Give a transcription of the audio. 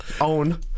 Own